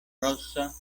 rossa